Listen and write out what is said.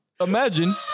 imagine